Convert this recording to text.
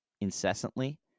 incessantly